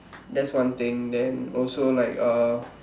that's one thing then also like a